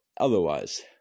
otherwise